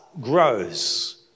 grows